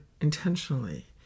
intentionally